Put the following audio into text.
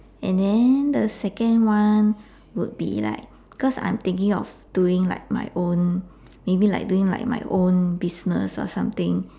and then the second one would be like because I'm thinking of doing like my own maybe like doing like my own business or something